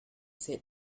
sit